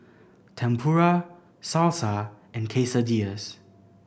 Tempura Salsa and Quesadillas